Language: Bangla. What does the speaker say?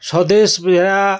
স্বদেশ বেরা